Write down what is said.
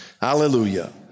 Hallelujah